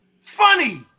Funny